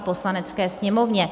Poslanecké sněmovně.